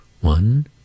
One